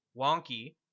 wonky